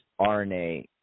RNA